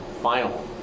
final